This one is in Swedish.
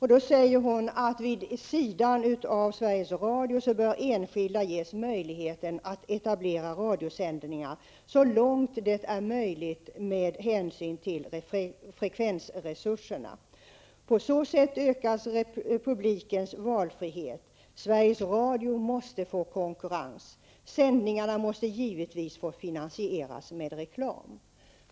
Hon säger att vid sidan av Sveriges Radio bör enskilda ges möjligheten att etablera radiosändningar så långt det är möjligt med hänsyn till frekvensresurserna. På så sätt ökas publikens valfrihet. Sveriges Radio måste få konkurrens. Sändningarna måste givetvis få finansieras med reklam.